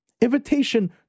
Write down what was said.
invitation